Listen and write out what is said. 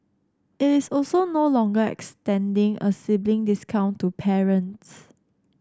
it is also no longer extending a sibling discount to parents